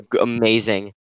amazing